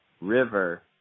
river